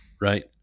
right